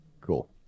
Cool